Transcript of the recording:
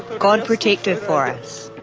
god protect her for us.